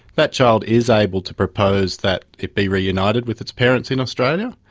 that child is able to propose that it be reunited with its parents in australia.